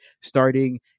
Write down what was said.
starting